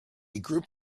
group